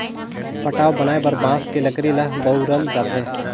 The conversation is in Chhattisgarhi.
पटाव बनाये बर बांस के लकरी ल बउरल जाथे